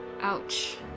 Ouch